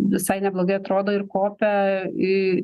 visai neblogai atrodo ir kopia į